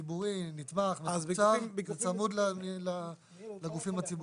ציבורי, נתמך, מתוקצב, זה צמוד לגופים הציבוריים.